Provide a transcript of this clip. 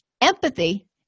Empathy